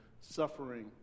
suffering